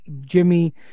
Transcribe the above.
Jimmy